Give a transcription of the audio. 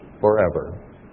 forever